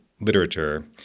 literature—